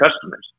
customers